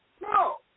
No